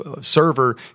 server